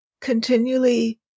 continually